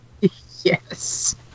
Yes